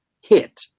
hit